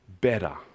better